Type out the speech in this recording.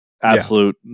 absolute